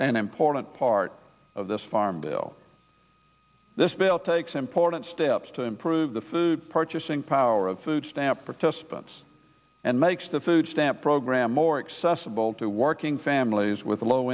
an important part of this farm bill this bill takes important steps to improve the food purchasing power of food stamp participants and makes the food stamp program more accessible to working families with low